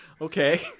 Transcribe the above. Okay